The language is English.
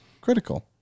critical